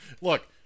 Look